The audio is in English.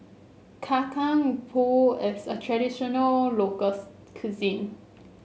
Kacang Pool is a traditional locals cuisine